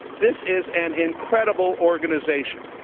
this is an incredible organization.